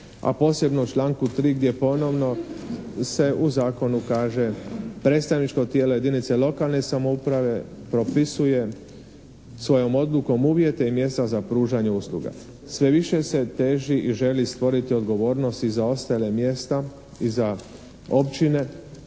a posebno u članku 3. gdje ponovno se u Zakonu kaže, predstavničko tijelo jedinice lokalne samouprave propisuje svojom odlukom uvjete i mjesta za pružanje usluga. Sve više se teži i želi stvoriti odgovornost i za ostala mjesta i za općine